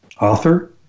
author